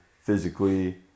physically